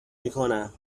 میکنم